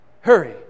Hurry